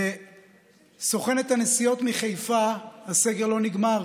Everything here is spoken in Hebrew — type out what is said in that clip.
לסוכנת הנסיעות מחיפה הסגר לא נגמר,